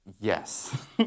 Yes